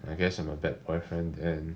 I guess I'm a bad boy friend then